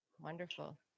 wonderful